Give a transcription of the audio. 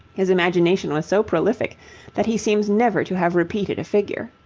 his imagination was so prolific that he seems never to have repeated a figure.